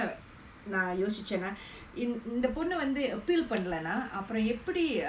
நா யோசிச்சேனா இந்~ இந்த பொண்ணு:naa yosichaenaa in~ intha ponnu appeal பண்ணலேனா அப்புறம் எப்படி:pannalaenaa appuram eppadi